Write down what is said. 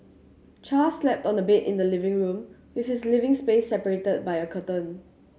Char slept on a bed in the living room with his living space separated by a curtain